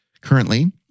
currently